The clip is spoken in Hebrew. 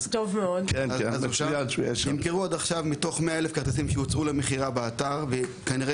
מתוך 100,000 כרטיסים שהוצעו למכירה באתר וכנראה